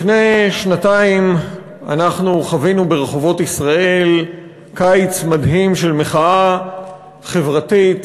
לפני שנתיים אנחנו חווינו ברחובות ישראל קיץ מדהים של מחאה חברתית,